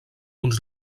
uns